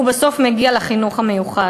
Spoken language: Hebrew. הוא בסוף מגיע לחינוך המיוחד,